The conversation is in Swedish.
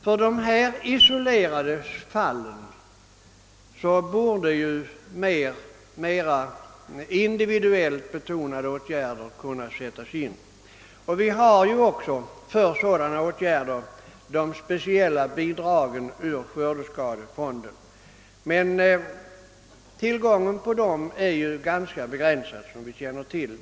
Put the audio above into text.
För dessa isolerade skadefall borde mera individuellt betonade åtgärder kunna sättas in. Vi har också för sådana åtgärder de speciella bidragen ur skördeskadefonden, men tillgången är ganska begränsad, som vi känner till.